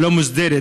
הלא-מוסדרת.